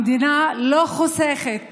המדינה לא חוסכת